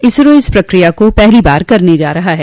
इसरो इस प्रक्रिया को पहली बार करने जा रहा है